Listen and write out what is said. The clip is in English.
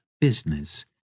business